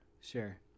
Sure